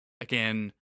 again